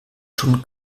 schon